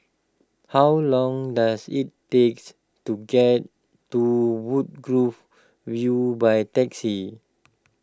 how long does it takes to get to Woodgrove View by taxi